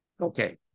Okay